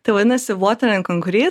tai vadinasi water and concrete